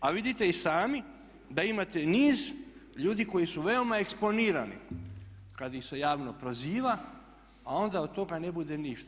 A vidite i sami da imate niz ljudi koji su veoma eksponirani kad ih se javno proziva, a onda od toga ne bude ništa.